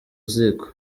ziko